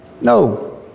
No